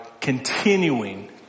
continuing